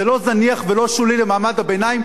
זה לא זניח ולא שולי למעמד הביניים,